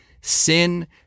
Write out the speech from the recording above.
sin